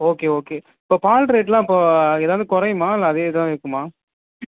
okay okay இப்போ பால் ரேட்டெலாம் இப்போது ஏதாவது குறையுமா இல்லை அதேதான் இருக்குமா